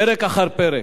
פרק אחר פרק.